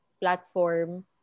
platform